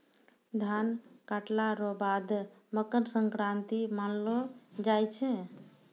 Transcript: धान काटला रो बाद मकरसंक्रान्ती मानैलो जाय छै